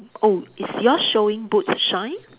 oh is yours showing boots shine